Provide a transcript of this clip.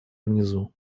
внизу